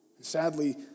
sadly